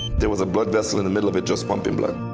there was a blood vessel in the middle of it just pumping blood.